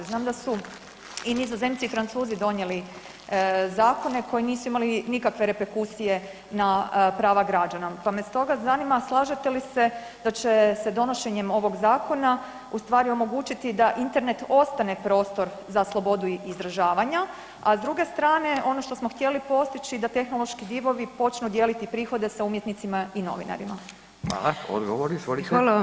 Znam da su i Nizozemci i Francuzi donijeli zakone koji nisu imali nikakve reperkusije na prava građana, pa me stoga zanima slažete li se da će se donošenjem ovog zakona u stvari omogućiti da Internet ostane prostor za slobodu izražavanja, a s druge strane ono što smo htjeli postići da tehnološki divovi počnu dijeliti prihode sa umjetnicima i novinarima.